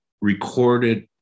recorded